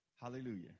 Hallelujah